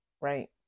right